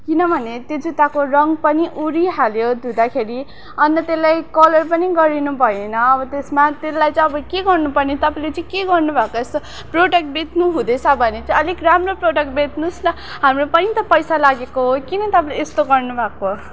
किनभने त्यो जुत्ताको रङ पनि उडिहाल्यो धुँदाखेरि अन्त त्यसलाई कलर पनि गरिनु भएन अब त्यसमा त्यसलाई चाहिँ अब के गर्नु पर्ने तपाईँले चाहिँ के गर्नु भएको यस्तो प्रोडक्ट बेच्नु हुँदैछ भने चाहिँ अलिक राम्रो प्रोडक्ट बेच्नुस् न हाम्रो पनि त पैसा लागेको हो किन तपाईँले यस्तो गर्नु भएको